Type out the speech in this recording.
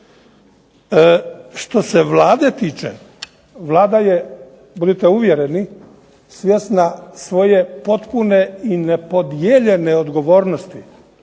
Što se Vlade tiče, Vlada je budite uvjereni svjesna svoje potpune i nepodijeljene odgovornosti